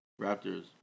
Raptors